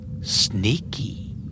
Sneaky